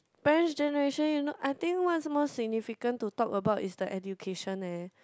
parents generation you know I think what's most significant to talk about is the education eh